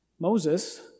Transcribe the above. Moses